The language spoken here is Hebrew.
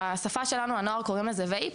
בשפה שלנו הנוער קוראים לה וויפ.